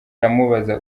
aramubaza